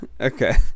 okay